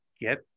get